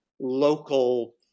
local